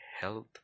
health